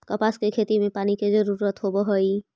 कपास के खेती में पानी के जरूरत होवऽ हई